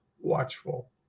watchful